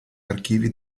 archivi